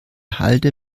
halde